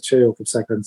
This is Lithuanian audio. čia jau kaip sakant